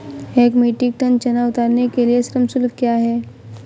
एक metric ton चना उतारने के लिए श्रम शुल्क क्या है?